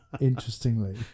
interestingly